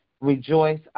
Rejoice